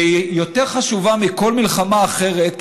והיא יותר חשובה מכל מלחמה אחרת,